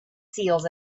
seals